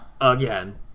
again